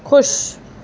خوش